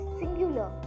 singular